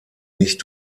nicht